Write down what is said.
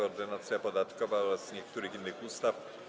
Ordynacja podatkowa oraz niektórych innych ustaw.